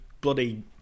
bloody